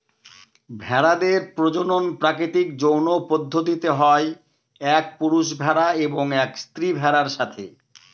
ভেড়াদের প্রজনন প্রাকৃতিক যৌন পদ্ধতিতে হয় এক পুরুষ ভেড়া এবং এক স্ত্রী ভেড়ার সাথে